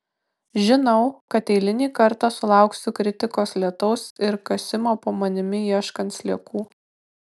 žinau kad eilinį kartą sulauksiu kritikos lietaus ir kasimo po manimi ieškant sliekų